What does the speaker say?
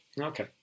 Okay